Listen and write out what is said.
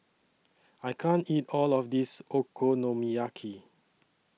I can't eat All of This Okonomiyaki